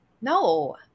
no